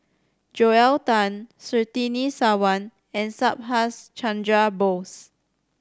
Joel Tan Surtini Sarwan and Subhas Chandra Bose